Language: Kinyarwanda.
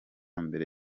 mbere